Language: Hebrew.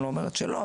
ואני לא אומרת שלא,